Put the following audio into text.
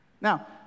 Now